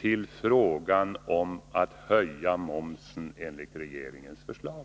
till frågan or. att höja momsen enligt regeringens förslag!